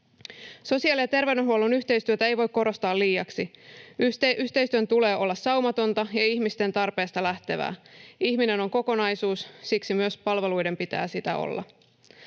Sosiaali- ja terveydenhuollon yhteistyötä ei voi korostaa liiaksi. Yhteistyön tulee olla saumatonta ja ihmisten tarpeista lähtevää. Ihminen on kokonaisuus, ja siksi myös palveluiden pitää sitä olla.